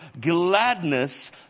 gladness